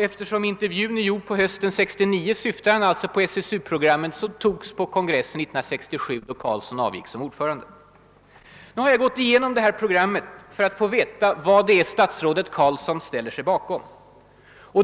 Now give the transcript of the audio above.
Eftersom intervjun är gjord på hösten 1969 syftar den alltså på det SSU program som antogs vid kongressen 1967, då herr Carlsson avgick som ordförande där. Jag har gått igenom det programmet för att få veta vad statsrådet Carlsson ställer sig bakom.